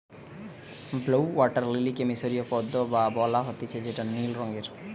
blue water লিলিকে মিশরীয় পদ্ম ও বলা হতিছে যেটা নীল রঙের